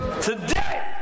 Today